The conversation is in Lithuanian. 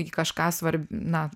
į kažką svarb na